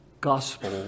gospel